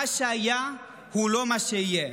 מה שהיה הוא לא מה שיהיה,